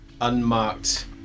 unmarked